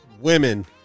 women